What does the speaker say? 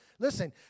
Listen